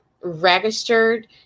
registered